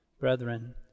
Brethren